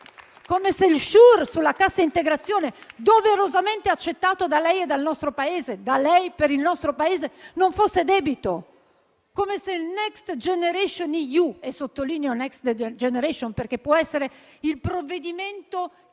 come se il Sure sulla cassa integrazione, doverosamente accettato da lei per il nostro Paese, non fosse debito, come se la Next Generation EU (e sottolineo Next Generation, perché può essere il provvedimento che